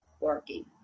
working